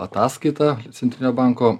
ataskaitą centrinio banko